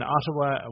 Ottawa